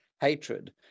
hatred